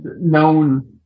known